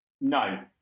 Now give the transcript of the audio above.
No